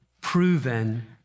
proven